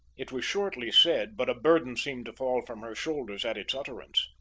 it was shortly said, but a burden seemed to fall from her shoulders at its utterance.